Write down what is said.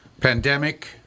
pandemic